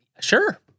Sure